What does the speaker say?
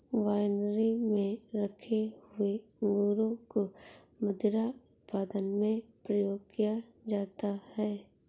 winery में रखे हुए अंगूरों को मदिरा उत्पादन में प्रयोग किया जाता है